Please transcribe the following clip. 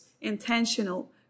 intentional